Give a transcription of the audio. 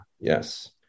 Yes